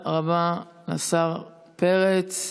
תודה רבה לשר פרץ.